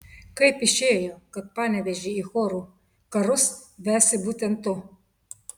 kaip išėjo kad panevėžį į chorų karus vesi būtent tu